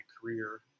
career